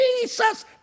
Jesus